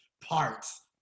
parts